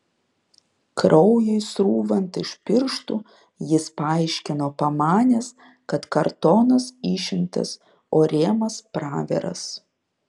kraujui srūvant iš pirštų jis paaiškino pamanęs kad kartonas išimtas o rėmas praviras